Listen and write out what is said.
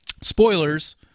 spoilers